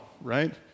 right